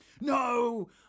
No